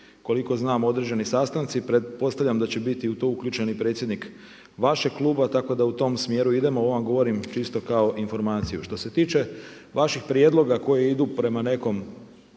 koliko znam određeni sastanci. Pretpostavljam da će u to biti uključen i predsjednik vašeg kluba tako da u tom smjeru idemo. Ovo vam govorim čisto kao informaciju. Što se tiče vaših prijedloga koji idu prema nekom